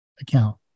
account